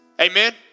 Amen